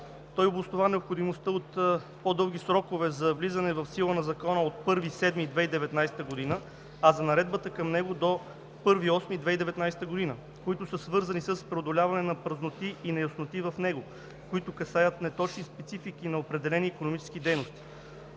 Той обоснова необходимостта от по-дълги срокове за влизане в сила на Закона от 1 юли 2019 г., а за наредбата към него до 1 август 2019 г., които са свързани с преодоляване на празноти и неясноти в него, които касаят неотчетени специфики на определени икономически дейности.